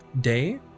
day